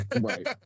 Right